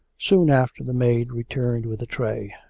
soon after the maid returned with a tray.